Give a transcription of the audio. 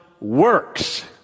works